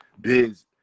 biz